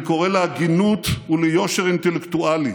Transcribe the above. אני קורא להגינות וליושר אינטלקטואלי.